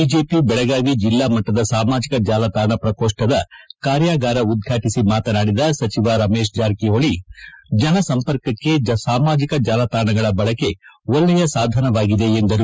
BJP Belagavi ಜಿಲ್ಲಾ ಮಟ್ಟದ ಸಾಮಾಜಿಕ ಜಾಲತಾಣ ಪ್ರಕೋಷ್ಠದ ಕಾರ್ಯಾಗಾರ ಉದ್ಘಾಟಿಸಿ ಮಾತನಾಡಿದ ಸಚಿವ ರಮೇಶ್ ಜಾರಕಿಹೊಳಿ ಜನಸಂಪರ್ಕಕ್ಕೆ ಸಾಮಾಜಿಕ ಜಾಲತಾಣಗಳ ಬಳಕೆ ಒಳ್ಳೆಯ ಸಾಧನವಾಗಿದೆ ಎಂದರು